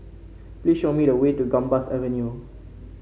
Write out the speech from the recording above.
please show me the way to Gambas Avenue